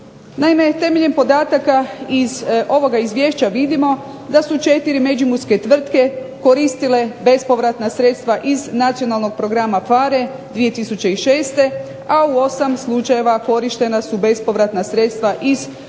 temeljem podataka iz ovoga izvješća vidimo da su 4 međimurske tvrtke bespovratna sredstva iz Nacionalnog programa PHARE 2006 a u 8 slučajeva su korištena bespovratna sredstva iz